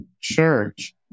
church